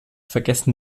vergessen